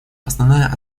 основная